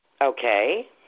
Okay